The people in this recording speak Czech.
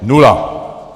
Nula!